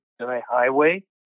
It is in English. Highway